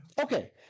Okay